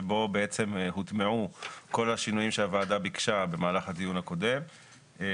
שבו בעצם הוטמעו כל השינויים שהוועדה ביקשה במהלך הדיון הקודם.